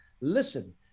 listen